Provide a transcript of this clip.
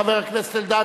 חבר הכנסת אלדד,